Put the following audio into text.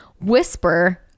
whisper